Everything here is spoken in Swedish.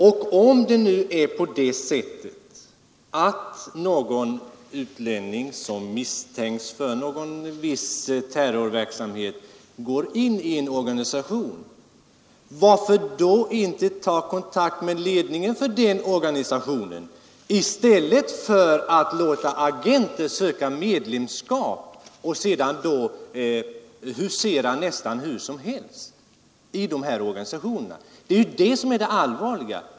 Och om nu någon verksamhet utlänning, som misstänks för viss terrorverksamhet, går in i en organisation, varför då inte ta kontakt med ledningen för den organisationen i stället för att låta agenter söka medlemskap och sedan husera nästan hur som helst i de här organisationerna? Det är det som är det allvarliga.